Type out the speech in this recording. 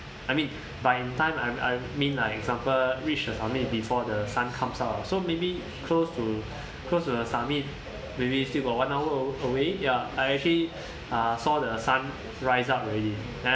I mean by in time I'm I'm mean like example reach the summit before the sun comes up so maybe close to close to the summit maybe still got one hour away ya I actually uh saw the sun rise up already